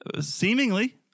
Seemingly